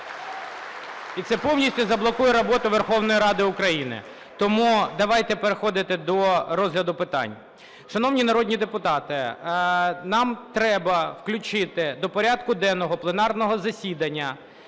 І це повністю заблокує роботу Верховної Ради України. Тому давайте переходити до розгляду питань. Шановні народні депутати! Нам треба включити до порядку денного пленарного засідання